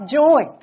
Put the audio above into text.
joy